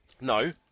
No